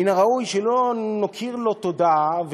מן הראוי שלא נכיר לו תודה,